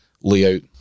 layout